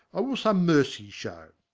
i will some mercy shew.